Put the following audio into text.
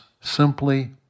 simply